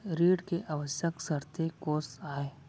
ऋण के आवश्यक शर्तें कोस आय?